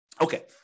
Okay